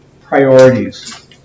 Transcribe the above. priorities